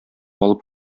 алып